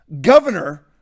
governor